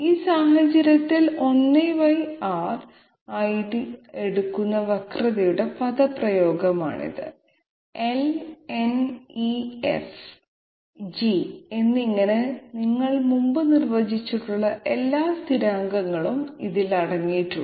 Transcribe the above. ഈ സാഹചര്യത്തിൽ 1R ആയി എടുക്കുന്ന വക്രതയുടെ പദപ്രയോഗമാണിത് L N E F G എന്നിങ്ങനെ നിങ്ങൾ മുമ്പ് നിർവചിച്ചിട്ടുള്ള എല്ലാ സ്ഥിരാങ്കങ്ങളും ഇതിൽ അടങ്ങിയിരിക്കുന്നു